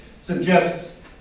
suggests